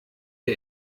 der